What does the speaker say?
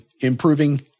improving